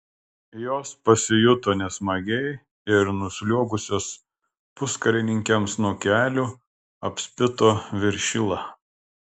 jos pasijuto nesmagiai ir nusliuogusios puskarininkiams nuo kelių apspito viršilą